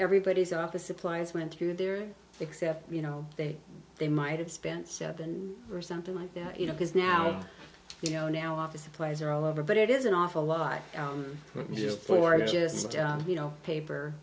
everybody's office supplies went through there except you know they they might have spent seven or something like that you know because now you know now office supplies are all over but it is an awful lot for a just you know paper